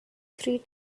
three